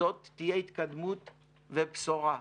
זאת תהיה התקדמות ובשורה.